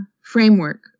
framework